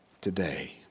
today